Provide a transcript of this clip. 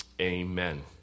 Amen